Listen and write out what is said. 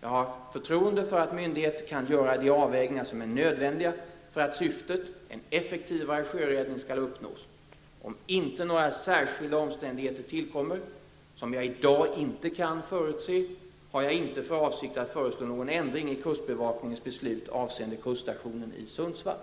Jag har förtroende för att myndigheten kan göra de avvägningar som är nödvändiga för att syftet, en effektivare sjöräddning, skall uppnås. Om inte några särskilda omständigheter tillkommer, som jag i dag inte kan förutse, har jag inte för avsikt att föreslå någon ändring i kustbevakningens beslut avseende kuststationen i Sundsvall.